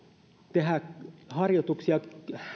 tehdä harjoituksia